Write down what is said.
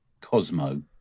Cosmo